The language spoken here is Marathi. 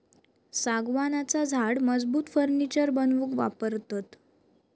सागवानाचा झाड मजबूत फर्नीचर बनवूक वापरतत